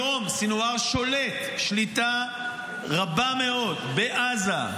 היום סנוואר שולט שליטה רבה מאוד בעזה,